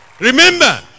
Remember